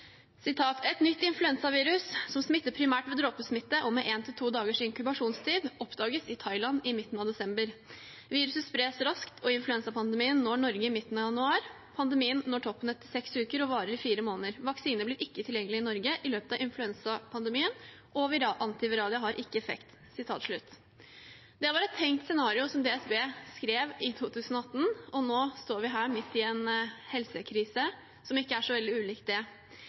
nytt influensavirus som smitter primært ved dråpesmitte, og med 1–2 dagers inkubasjonstid, oppdages i Thailand i midten av desember. Viruset spres raskt, og influensapandemien når Norge i midten av januar. Pandemien når toppen etter seks uker og varer i fire måneder. Vaksine blir ikke tilgjengelig i Norge i løpet av influensapandemien, og antiviralia har ikke effekt.» Det var et tenkt scenario som DSB skrev i 2018, og nå står vi her – midt i en helsekrise som ikke er så veldig ulik det.